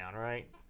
right